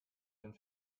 den